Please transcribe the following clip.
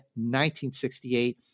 1968